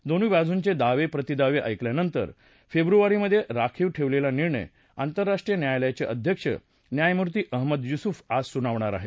दोन्ही बाजूंचे दावे प्रतिदावे ऐकल्यानंतर फेब्रुवारीमधे राखीव ठेवलेला निर्णय आंतरराष्ट्रीय न्यायालयाचे अध्यक्ष न्यायमूर्ती अहमद युसूफ आज सुनावणार आहेत